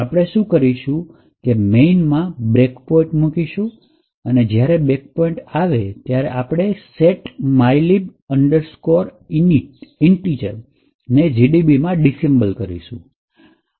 આપણે શું કરીશું કે મેઇન માં બ્રેક પોઇન્ટ મુકીશું અને જ્યારે બ્રેક પોઇન્ટ આવે ત્યારે આપણે set mylib int ને gdbમાં ડિસેમ્બલ કરીશું